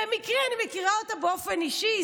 במקרה אני מכירה אותה באופן אישי,